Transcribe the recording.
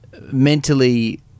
mentally